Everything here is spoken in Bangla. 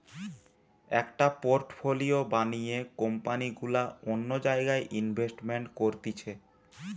একটা পোর্টফোলিও বানিয়ে কোম্পানি গুলা অন্য জায়গায় ইনভেস্ট করতিছে